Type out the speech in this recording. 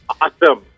Awesome